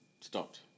stopped